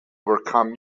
overcome